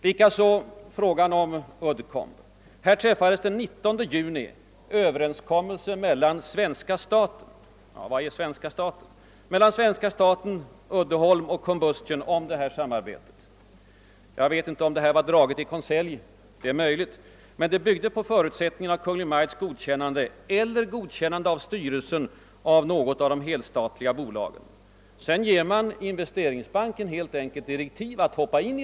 Vad beträffar fallet Uddcomb träffades den 19 juni en överenskommelse mellan svenska staten — vad är nu svenska staten i det sammanhanget? — Uddeholms AB och Combustion om ett samarbete. Jag vet inte om ärendet då var draget i konselj. Det är möjligt att det var det. Men överenskommelsen byggde på förutsättningen av Kungl. Maj:ts godkännande eller godkännande av styrelsen för något av de helstatliga bolagen. Därefter gav man helt enkelt Investeringsbanken direktiv om att hoppa in.